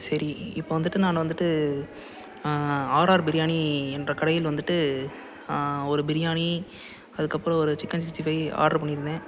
சரி இப்போ வந்துட்டு நான் வந்துட்டு ஆர்ஆர் பிரியாணி என்ற கடையில் வந்துட்டு ஒரு பிரியாணி அதுக்கப்புறம் ஒரு சிக்கன் சிக்ஸ்ட்டி ஃபை ஆட்ரு பண்ணியிருந்தேன்